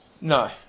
no